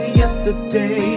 yesterday